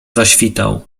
zaświtał